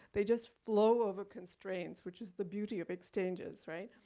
they just flow over constraints, which is the beauty of exchanges, right?